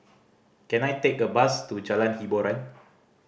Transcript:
can I take a bus to Jalan Hiboran